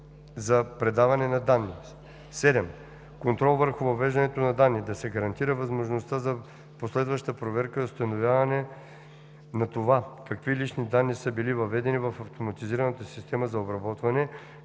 за предаване на данни;